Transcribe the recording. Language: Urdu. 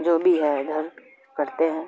جو بھی ہے ادھر کرتے ہیں